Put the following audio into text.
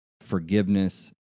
forgiveness